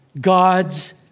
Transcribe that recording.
God's